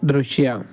ದೃಶ್ಯ